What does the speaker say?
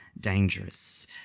dangerous